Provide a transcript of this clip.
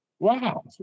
Wow